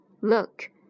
Look